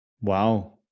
Wow